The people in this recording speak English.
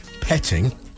petting